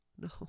no